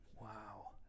wow